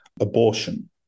abortion